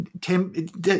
Tim